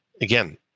again